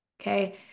Okay